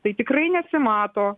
tai tikrai nesimato